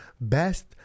best